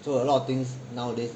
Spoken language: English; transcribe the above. so a lot of things nowadays